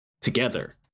together